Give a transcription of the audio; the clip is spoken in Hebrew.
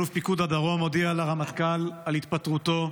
אלוף פיקוד הדרום הודיע לרמטכ"ל על התפטרותו,